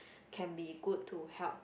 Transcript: can be good to help